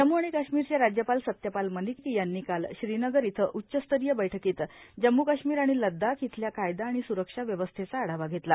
जम्मू आणि काष्मीरचे राज्यपाल सत्यपाल मलिक यांनी काल श्रीनगर इथं उच्चस्तरीय बैठकीत जम्मू काष्मीर आणि लदाख इथल्या कायदा आणि सुरक्षा व्यवस्थेचा आढावा घेतला